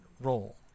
role